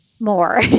More